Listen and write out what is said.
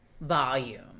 volume